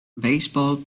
baseball